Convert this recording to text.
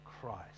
Christ